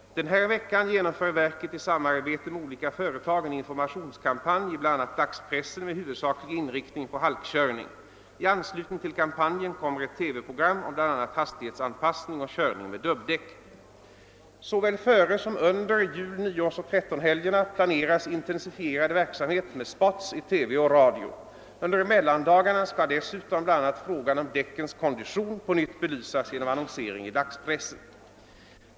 Den här veckan genomför verket i samarbete med olika företag en informationskampanj i bl.a. dagspressen med huvudsaklig inriktning på halkkörning. I anslutning till kampanjen kommer ett TV-program om bl.a. has Såväl före som under jul-, nyårsoch trettondagshelgerna planeras intensifierad verksamhet med spots i TV och radio. Under mellandagarna skall dessutom bl.a. frågan om däckens kondition på nytt belysas genom annonsering i dagspressen.